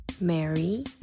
Mary